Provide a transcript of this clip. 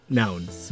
nouns